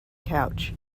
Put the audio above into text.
couch